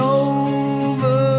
over